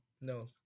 No